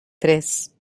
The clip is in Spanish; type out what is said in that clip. tres